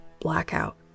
blackout